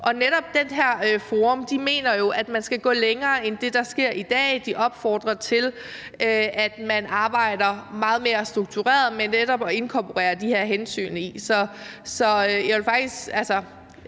Og netop det her forum mener, at man skal gå længere end det, der sker i dag. De opfordrer til, at man arbejder meget mere struktureret med netop at inkorporere de her hensyn. De eksperter,